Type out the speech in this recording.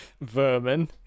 vermin